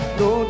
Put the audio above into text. no